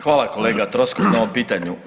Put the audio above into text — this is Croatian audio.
Hvala kolega Troskot na ovom pitanju.